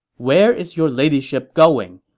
where is your ladyship going?